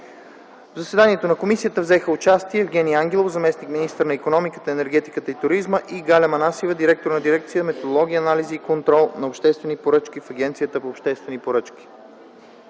В заседанието на комисията взеха участие Евгени Ангелов – заместник-министър на икономиката, енергетиката и туризма, и Галя Манасиева – директор на Дирекция „Методология, анализ и контрол на обществените поръчки” в Агенцията по обществени поръчки.